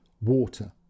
water